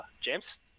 james